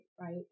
right